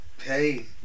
hey